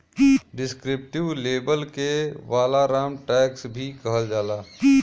descriptive label के वालाराम tax भी कहल जाला